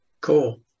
Cool